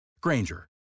Granger